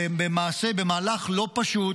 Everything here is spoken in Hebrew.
במהלך לא פשוט,